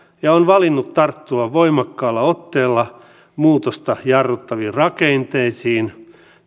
ja valinnut tarttua voimakkaalla otteella muutosta jarruttaviin rakenteisiin